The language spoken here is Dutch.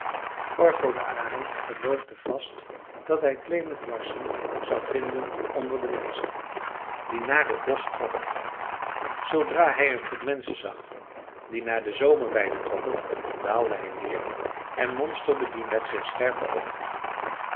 de arend geloofde vast dat hij klement larsson zou vinden onder de menschen die naar het bosch trokken zoodra hij een groep menschen zag die naar de zomerweide trokken daalde hij neer en monsterde die met zijn scherpe oogen